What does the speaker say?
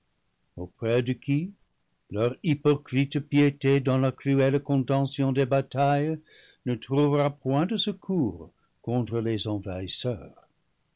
leur hypocrite piété dans la cruelle contention des batailles ne trouvera point de secours contre les